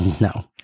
No